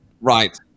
Right